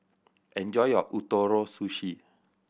enjoy your Ootoro Sushi